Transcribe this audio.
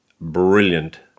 brilliant